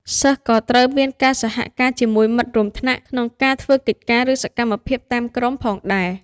សិស្សក៏ត្រូវមានការសហការជាមួយមិត្តរួមថ្នាក់ ក្នុងការធ្វើកិច្ចការ ឬសកម្មភាពតាមក្រុមផងដែរ។